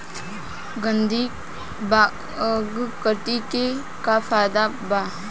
गंधी बग कीट के का फायदा बा?